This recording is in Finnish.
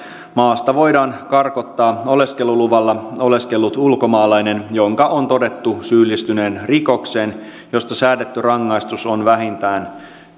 maasta voidaan karkottaa oleskeluluvalla oleskellut ulkomaalainen jonka on todettu syyllistyneen rikokseen josta säädetty rangaistus on vähintään